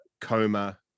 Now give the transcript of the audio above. Coma